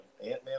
Ant-Man